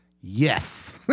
yes